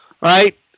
Right